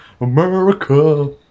America